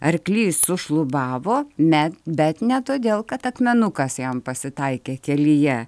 arklys sušlubavo me bet ne todėl kad akmenukas jam pasitaikė kelyje